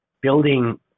building